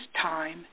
time